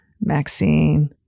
Maxine